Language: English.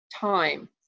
time